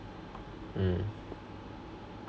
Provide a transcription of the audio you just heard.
mm